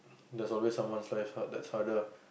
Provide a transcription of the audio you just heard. there's always someone life hard that is harder